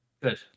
Good